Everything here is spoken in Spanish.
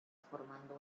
formando